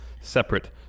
separate